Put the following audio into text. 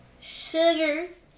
sugars